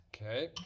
Okay